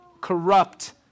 corrupt